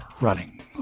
running